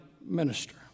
minister